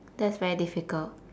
that's very difficult